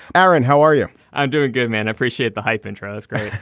aaron how are you i'm doing good man. appreciate the hype indra that's great.